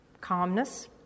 calmness